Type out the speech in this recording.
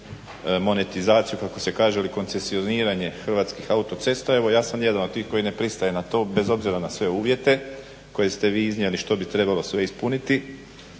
monetizaciju kako se kaže ili koncesioniranje Hrvatskih autocesta, evo ja sam jedan od tih koji ne pristaje na to bez obzira na sve uvjete koje ste vi iznijeli što bi trebalo sve ispuniti